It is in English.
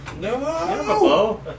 No